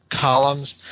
columns